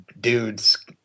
dudes